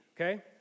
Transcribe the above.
okay